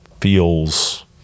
feels